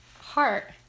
heart